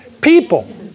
people